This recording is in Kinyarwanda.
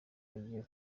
agiye